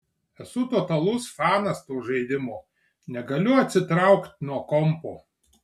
esu totalus fanas to žaidimo negaliu atsitraukt nuo kompo